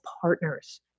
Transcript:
partners